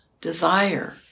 desire